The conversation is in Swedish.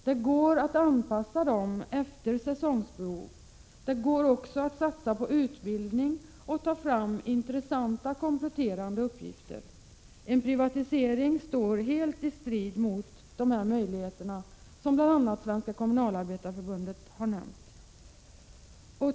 Det går att anpassa dessa efter säsongbehov, och man kan satsa på utbildning och ta fram intressanta kompletterande uppgifter. En privatisering står helt i strid med dessa av bl.a. Kommunalarbetareförbundet påpekade möjligheter.